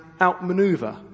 outmaneuver